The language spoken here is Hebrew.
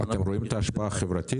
אתם רואים את ההשפעה החברתית?